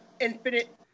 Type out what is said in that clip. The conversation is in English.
Infinite